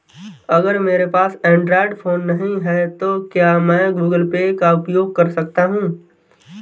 अगर मेरे पास एंड्रॉइड फोन नहीं है तो क्या मैं गूगल पे का उपयोग कर सकता हूं?